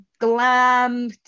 glam